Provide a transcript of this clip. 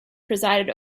presided